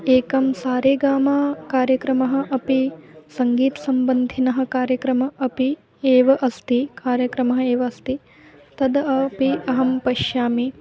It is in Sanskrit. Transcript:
एकं सारेगामा कार्यक्रमः अपि सङ्गीतसम्बन्धी कार्यक्रमः अपि एव अस्ति कार्यक्रमः एव अस्ति तद् अपि अहं पश्यामि